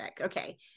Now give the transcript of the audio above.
Okay